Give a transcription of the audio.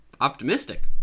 Optimistic